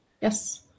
Yes